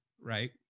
right